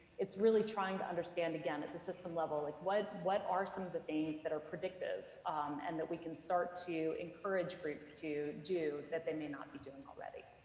it's really trying to understand, again, at the system level, like what what are some of the things that are predictive and that we can start to encourage groups to do that they may not be doing already?